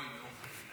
אוי, נו באמת.